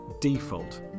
default